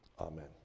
Amen